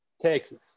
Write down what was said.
Texas